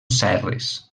serres